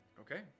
Okay